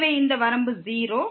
எனவே இந்த வரம்பு 0